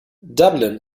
dublin